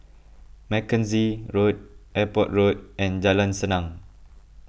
Mackenzie Road Airport Road and Jalan Senang